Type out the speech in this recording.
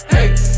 Hey